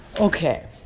okay